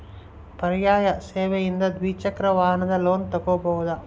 ಪರ್ಯಾಯ ಸೇವೆಯಿಂದ ದ್ವಿಚಕ್ರ ವಾಹನದ ಲೋನ್ ತಗೋಬಹುದಾ?